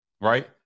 right